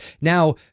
Now